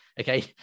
Okay